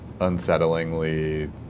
unsettlingly